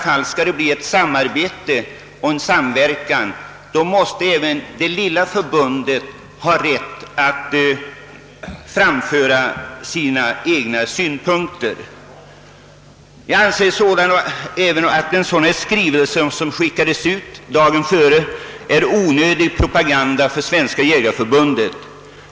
Skall det åstadkommas ett samarbete och en samverkan, måste även det mindre förbundet ha rätt att framföra sina synpunkter. Jag anser att en sådan skrivelse som den som nu skickats ut dagen före debatten är onödig propaganda för Svenska jägareförbundet.